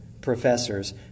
professors